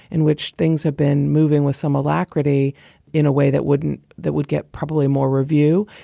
in which things have been moving with some alacrity in a way that wouldn't that would get probably more review.